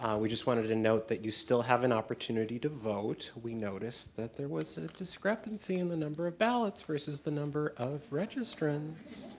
um we just wanted to note that you still have an opportunity to vote. we noticed that there was a discrepancy in the number of ballots versus the number of registrants.